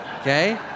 Okay